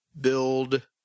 build